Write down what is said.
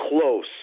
close